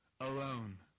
alone